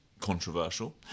controversial